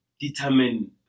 determine